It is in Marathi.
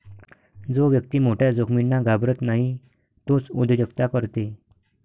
जो व्यक्ती मोठ्या जोखमींना घाबरत नाही तोच उद्योजकता करते